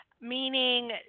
meaning